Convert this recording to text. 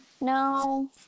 No